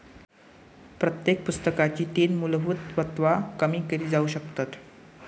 प्रत्येक पुस्तकाची तीन मुलभुत तत्त्वा कमी केली जाउ शकतत